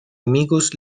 amigos